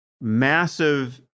massive